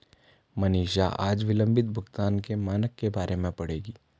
मनीषा आज विलंबित भुगतान के मानक के बारे में पढ़ेगी